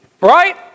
Right